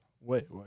Wait